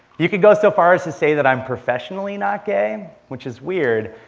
you could go so far as to say that i'm professionally not gay, which is weird,